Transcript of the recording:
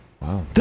Wow